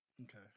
Okay